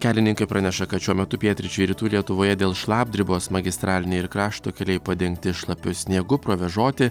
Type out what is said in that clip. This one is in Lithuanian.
kelininkai praneša kad šiuo metu pietryčių rytų lietuvoje dėl šlapdribos magistraliniai ir krašto keliai padengti šlapiu sniegu provėžoti